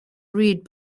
reed